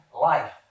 life